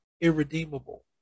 irredeemable